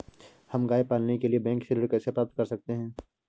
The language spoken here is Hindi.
हम गाय पालने के लिए बैंक से ऋण कैसे प्राप्त कर सकते हैं?